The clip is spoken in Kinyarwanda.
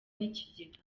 n’ikigega